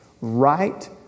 Right